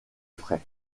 frais